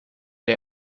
der